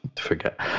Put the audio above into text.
Forget